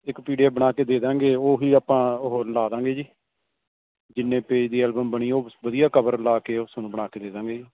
ਇੱਕ P D F ਬਣਾ ਕੇ ਦੇ ਦਾਂਗੇ ਉਹੀ ਆਪਾਂ ਉਹ ਲਾ ਦਾਂਗੇ ਜੀ ਜਿੰਨੇ ਪੇਜ ਦੀ ਐਲਬਮ ਬਣੀ ਉਹ ਵਧੀਆ ਕਵਰ ਲਾ ਕੇ ਉਹ ਸਾਨੂੰ ਬਣਾ ਕੇ ਦੇ ਦਾਂਗੇ ਜੀ